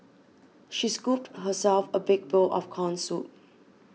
she scooped herself a big bowl of Corn Soup